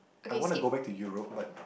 I want to go back to Europe but